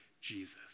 Jesus